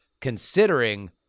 considering